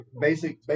Basic